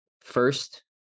first